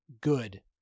good